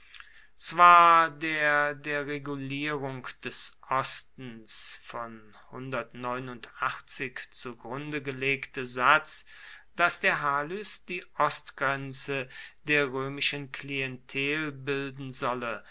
zwar der der regulierung des ostens von zugrunde gelegte satz daß der halys die ostgrenze der römischen klientel bilden solle